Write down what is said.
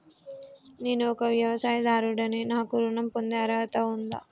నేను ఒక వ్యవసాయదారుడిని నాకు ఋణం పొందే అర్హత ఉందా?